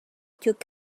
took